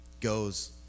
goes